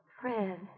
Fred